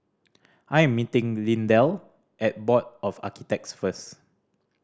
I am meeting Lindell at Board of Architects first